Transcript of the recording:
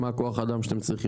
מה כוח האדם שאתם צריכים?